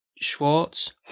Schwartz